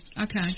Okay